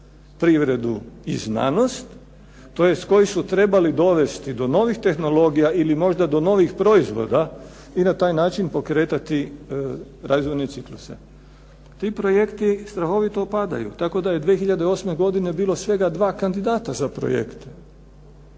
privredu i znanost tj. koji su trebali dovesti do novih tehnologija ili možda do novih proizvoda i na taj način pokretati razvojne cikluse. Ti projekti strahovito padaju tako da je 2008. godine bilo svega 2 kandidata za projekte.